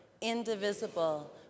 indivisible